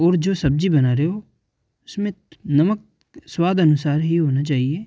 और जो सब्ज़ी बना रहे हो उसमें नमक स्वाद अनुसार ही होना चाहिए